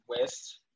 West